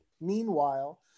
Meanwhile